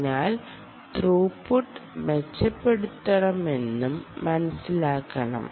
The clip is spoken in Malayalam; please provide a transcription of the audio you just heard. അതിനാൽ ത്രൂപുട്ട് മെച്ചപ്പെടുത്തണമെന്നും മനസ്സിലാക്കണം